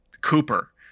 Cooper